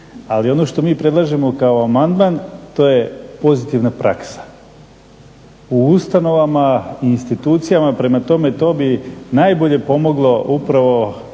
ali ono što mi predlažemo kao amandman, to je pozitivna praksa u ustanovama i institucijama. Prema tome, to bi najbolje pomoglo upravo